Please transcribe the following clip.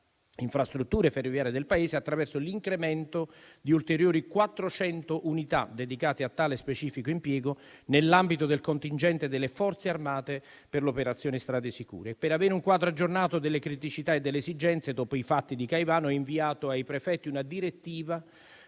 infrastrutture ferroviarie del Paese, attraverso l'incremento di ulteriori 400 unità dedicate a tale specifico impiego nell'ambito del contingente delle Forze armate per l'operazione Strade sicure. Per avere un quadro aggiornato delle criticità e delle esigenze, dopo i fatti di Caivano, ho inviato ai prefetti una direttiva